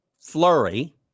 flurry